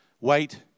wait